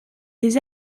des